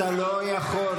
אתה לא יכול.